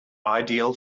ideal